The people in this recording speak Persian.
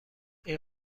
این